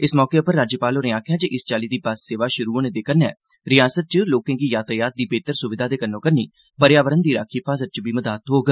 इस मौके उप्पर राज्यपाल होरें आक्खेया जे इस चाली दी बस सेवा शुरु होने दे कन्नै रियासत च लोकें गी यातायात दी बेहतर सुविधा दे कन्नो कन्नी पर्यावरण दी राक्खी हिफाजत च बी मदद थ्होग